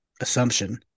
assumption